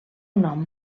nom